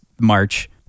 march